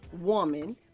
woman